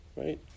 Right